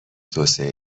توسعه